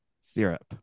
syrup